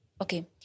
okay